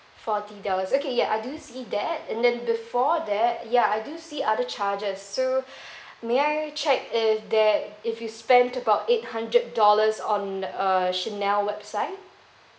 for Adidas okay ya I do see that and then before that ya I do see other charges so may I check if there if you spent about eight hundred dollars on uh chanel website